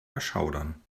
erschaudern